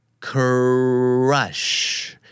crush